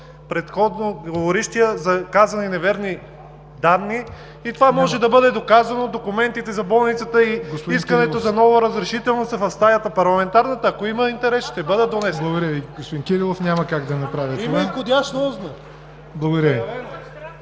преждеговорящия за казани неверни данни и това може да бъде доказано – документите за болницата и искането за ново разрешително са в парламентарната стая. Ако има интерес, ще бъдат донесени.